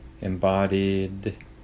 embodied